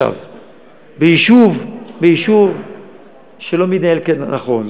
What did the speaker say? ביישוב שלא מתנהל נכון,